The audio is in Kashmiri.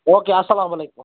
اوٗ کے اَسلامُ علیکُم